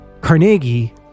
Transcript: Carnegie